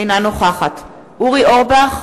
אינה נוכחת אורי אורבך,